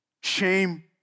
shame